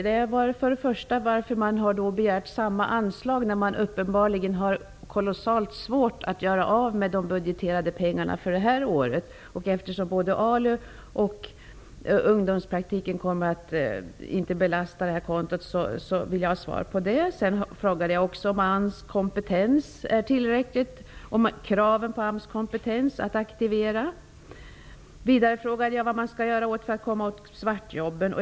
Den första gällde varför man har begärt samma anslag, när man uppenbarligen har kolossalt svårt att göra av med de pengar som budgeterats för det här året. Varken ALU eller ungdomspraktiken kommer att belasta detta konto. Den frågan vill jag ha svar på. Jag frågade också om kraven på AMS kompetens att aktivera är tillräckliga. Vidare frågade jag vad man skall göra för att komma åt svartjobben.